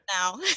now